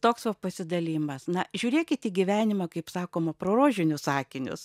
toks va pasidalijimas na žiūrėkit į gyvenimą kaip sakoma pro rožinius akinius